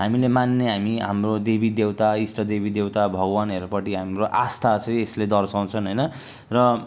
हामीले मान्ने हाम्रो देवीदेउता इष्ट देवीदेउता भगवानहरूपट्टि हाम्रो आस्था चाहिँ यसले दर्साउँछन् होइन र